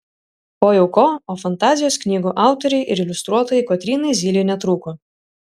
ko jau ko o fantazijos knygų autorei ir iliustruotojai kotrynai zylei netrūko